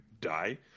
Die